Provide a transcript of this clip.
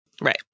Right